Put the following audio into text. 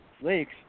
lakes